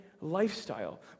lifestyle